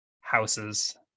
houses